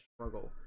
struggle